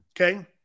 Okay